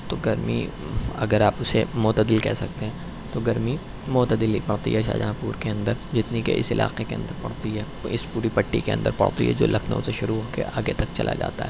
تو گرمی اگر آپ اسے معتدل کہہ سکتے ہیں تو گرمی معتدل ہی پڑتی ہے شاہجہاں پور کے اندر جتنی کہ اس علاقے کے اندر پڑتی ہے تو اس پوری پٹی کے اندر پڑتی ہے جو لکھنؤ سے شروع ہو کے آگے تک چلا جاتا ہے